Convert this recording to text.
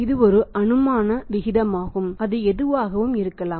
இது ஒரு அனுமான வீதமாகும் அது எதுவாகவும் இருக்கலாம்